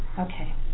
Okay